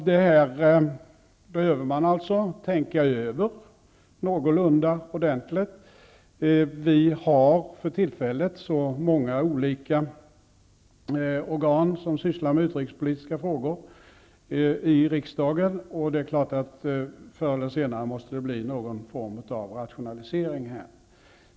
Det här behöver man alltså tänka över någorlunda ordentligt. Vi har för tillfället så många olika organ som sysslar med utrikespolitiska frågor i riksdagen, och det är klart att förr eller senare måste det bli någon form av rationalisering här.